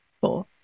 four